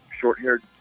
short-haired